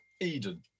Eden